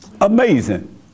Amazing